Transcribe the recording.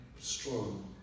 strong